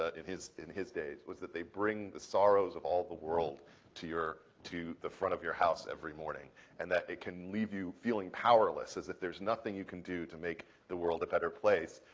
ah in his in his days, was that they bring the sorrows of all the world to your to the front of your house every morning and that it can leave you feeling powerless as if there's nothing you can do to make the world a better place.